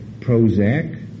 Prozac